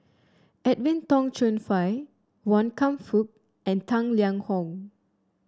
Edwin Tong Chun Fai Wan Kam Fook and Tang Liang Hong